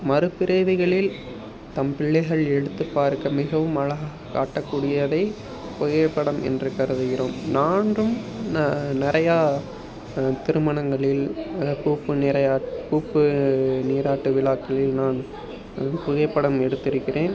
மறுபிறவிகளில் தம் பிள்ளைகள் எடுத்து பார்க்க மிகவும் அழகாக காட்டக்கூடியதை புகைப்படம் என்று கருதுகிறோம் நான்ரும் ந நிறையா திருமணங்களில் பூப்பு நிறையா பூப்பு நீராட்டு விழாக்களில் நான் புகைப்படம் எடுத்திருக்கிறேன்